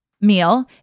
meal